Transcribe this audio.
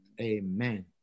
Amen